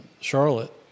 Charlotte